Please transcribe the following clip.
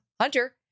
Hunter